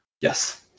yes